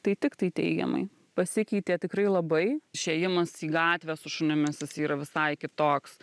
tai tiktai teigiamai pasikeitė tikrai labai išėjimas į gatvę su šunimis jis yra visai kitoks